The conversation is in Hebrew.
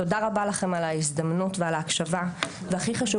תודה רבה לכם על ההזדמנות ועל ההקשבה והכי חשוב